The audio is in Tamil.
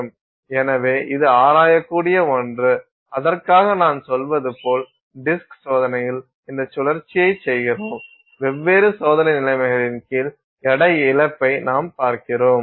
எனவே இது ஆராயக்கூடிய ஒன்று அதற்காக நான் சொன்னது போல் டிஸ்க் சோதனையில் இந்த சுழற்சியை செய்கிறோம் வெவ்வேறு சோதனை நிலைமைகளின் கீழ் எடை இழப்பை நாம் பார்க்கிறோம்